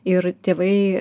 ir tėvai